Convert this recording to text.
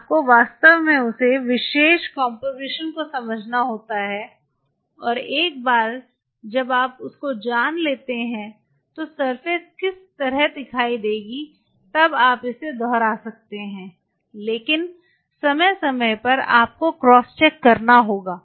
आपको वास्तव में उस विशेष कम्पोजीशन को समझना होता है और एक बार जब आप उस को जान लेते हैं तो सरफेस इस तरह दिखाई देगी तब आप इसे दोहरा सकते हैं लेकिन समय समय पर आपको क्रॉस चेक करना होगा